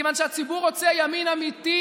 מכיוון שהציבור רוצה ימין אמיתי,